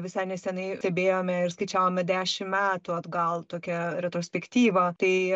visai nesenai stebėjome ir skaičiavome dešim metų atgal tokią retrospektyvą tai